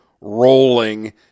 rolling